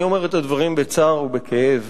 אני אומר את הדברים בצער ובכאב.